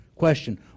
question